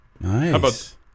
Nice